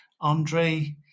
Andre